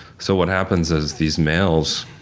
so what happens is, these males,